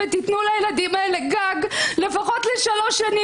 ותנו לילדים האלה גג לפחות לשלוש שנים,